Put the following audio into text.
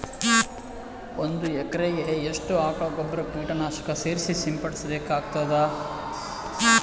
ಒಂದು ಎಕರೆಗೆ ಎಷ್ಟು ಆಕಳ ಗೊಬ್ಬರ ಕೀಟನಾಶಕ ಸೇರಿಸಿ ಸಿಂಪಡಸಬೇಕಾಗತದಾ?